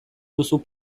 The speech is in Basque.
duzu